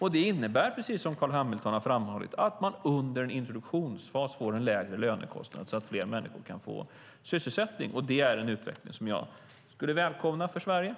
Det innebär, precis som Carl B Hamilton har framhållit, att man under en introduktionsfas får en lägre lönekostnad så att fler människor kan få sysselsättning. Det är en utveckling som jag skulle välkomna för Sverige.